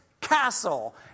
castle